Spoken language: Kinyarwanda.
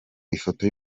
ifoto